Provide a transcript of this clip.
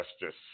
Justice